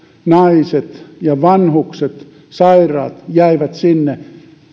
naiset vanhukset ja sairaat jäivät sinne